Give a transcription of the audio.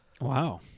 wow